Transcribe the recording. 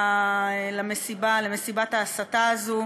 למסיבה, למסיבת ההסתה הזאת.